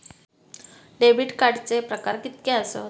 Debit कार्डचे प्रकार कीतके आसत?